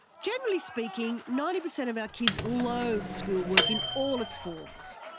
generally speaking, ninety percent of our kids loathe schoolwork in all its forms.